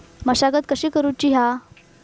मशागत कशी करूची हा?